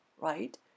right